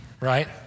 right